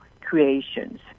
creations